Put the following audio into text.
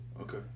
Okay